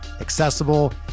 accessible